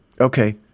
Okay